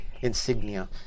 insignia